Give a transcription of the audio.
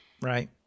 Right